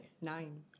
Nine